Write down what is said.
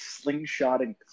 slingshotting